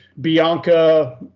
Bianca